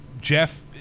jeff